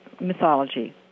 mythology